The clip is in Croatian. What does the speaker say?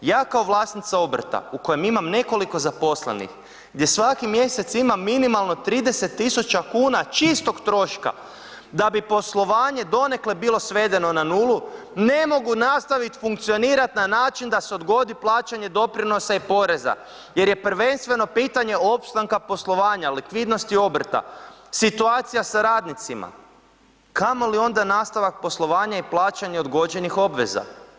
Ja kao vlasnica obrta u kojem imam nekoliko zaposlenih, gdje svaki mjesec imam minimalno 30 000 kuna čistog troška, da bi poslovanje donekle bilo svedeno na 0, ne mogu nastavit funkcionirat na način da se odgodi plaćanje doprinosa i poreza jer je prvenstveno pitanje opstanka poslovanja likvidnosti obrta, situacija sa radnicima, kamoli onda nastavak poslovanja i plaćanja odgođenih obveza.